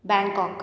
Bangkok